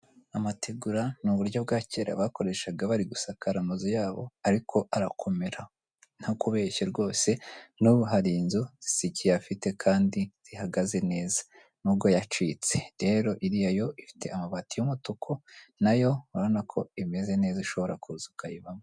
Amategura ni uburyo bwa kera bakoreshaga bari gusakara amazu yabo, ariko arakomera, ntakubeshya rwose n'ubu hari inzu zikiyafite kandi zihagaze neza n'ubwo yacitse, rero iriya yo ifite amabati y'umutuku, na yo urabona ko imeze neza ushobora kuza ukayibamo.